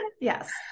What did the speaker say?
Yes